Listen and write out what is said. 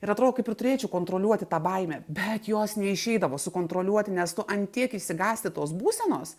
ir atrodo kaip ir turėčiau kontroliuoti tą baimę bet jos neišeidavo sukontroliuoti nes tu ant tiek išsigąsti tos būsenos